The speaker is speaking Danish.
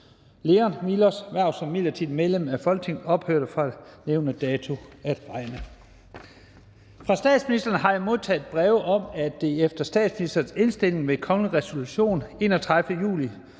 Lean Milos (S) hverv som midlertidigt medlem af Folketinget ophørte fra nævnte dato at regne. Fra statsministeren har jeg modtaget breve om, at det efter statsministerens indstilling ved kongelig resolution af 31. juli